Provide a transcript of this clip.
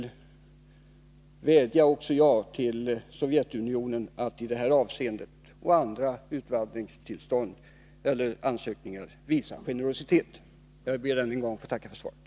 Också jag vill vädja till Sovjetunionen att visa generositet i dessa och i andra utvandringsärenden. Jag ber än en gång att få tacka för svaret.